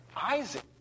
Isaac